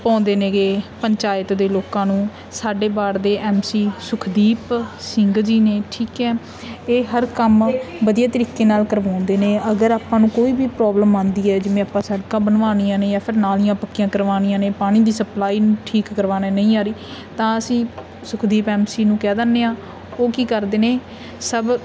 ਪਾਉਂਦੇ ਨੇਗੇ ਪੰਚਾਇਤ ਦੇ ਲੋਕਾਂ ਨੂੰ ਸਾਡੇ ਵਾਰਡ ਦੇ ਐਮ ਸੀ ਸੁਖਦੀਪ ਸਿੰਘ ਜੀ ਨੇ ਠੀਕ ਹੈ ਇਹ ਹਰ ਕੰਮ ਵਧੀਆ ਤਰੀਕੇ ਨਾਲ ਕਰਵਾਉਂਦੇ ਨੇ ਅਗਰ ਆਪਾਂ ਨੂੰ ਕੋਈ ਵੀ ਪ੍ਰੋਬਲਮ ਆਉਂਦੀ ਹੈ ਜਿਵੇਂ ਆਪਾਂ ਸੜਕਾਂ ਬਣਵਾਉਣੀਆਂ ਨੇ ਜਾਂ ਫਿਰ ਨਾਲੀਆਂ ਪੱਕੀਆਂ ਕਰਵਾਉਣੀਆਂ ਨੇ ਪਾਣੀ ਦੀ ਸਪਲਾਈ ਨੂੰ ਠੀਕ ਕਰਵਾਉਣਾ ਨਹੀਂ ਆ ਰਹੀ ਤਾਂ ਅਸੀਂ ਸੁਖਦੀਪ ਐਮ ਸੀ ਨੂੰ ਕਹਿ ਦਿੰਦੇ ਹਾਂ ਉਹ ਕੀ ਕਰਦੇ ਨੇ ਸਭ